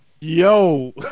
yo